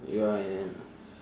ya man